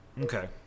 Okay